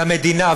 למדינה,